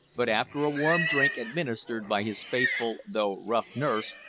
but, after a warm drink administered by his faithful though rough nurse,